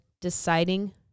deciding